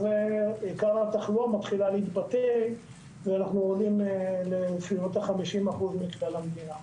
עיקר התחלואה מתחיל להתבטא ואנחנו עולים לסביבות ה-50% מכלל המדינה.